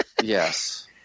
Yes